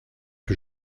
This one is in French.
que